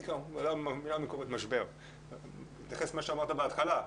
אני מתייחס למה שאמרת בהתחלה.